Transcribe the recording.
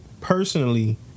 personally